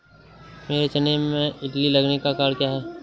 मेरे चने में इल्ली लगने का कारण क्या है?